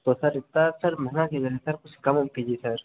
तो सर इतना सर महंगा सर कुछ कम उम कीजिए सर